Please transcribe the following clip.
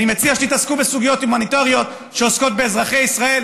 אני מציע שתתעסקו בסוגיות הומניטריות שעוסקות באזרחי ישראל,